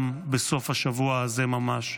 גם בסוף השבוע הזה ממש.